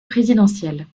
présidentielle